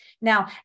Now